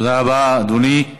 תודה רבה, אדוני.